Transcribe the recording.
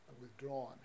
withdrawn